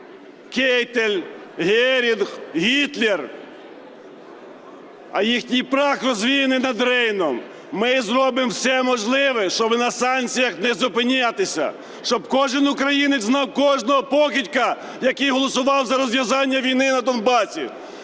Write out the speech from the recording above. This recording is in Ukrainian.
Кейтель, Герінг, Гітлер, а їхній прах розвіяний над Рейном. Ми зробимо все можливе, щоб на санкціях не зупинятися, щоб кожен українець знав кожного покидька, який голосував за розв'язання війни на Донбасі.